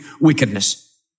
wickedness